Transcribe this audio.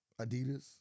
Adidas